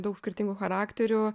daug skirtingų charakterių